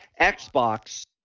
xbox